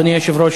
אדוני היושב-ראש,